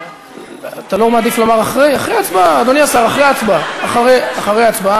גם אינו נוכח.